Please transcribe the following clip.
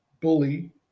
bully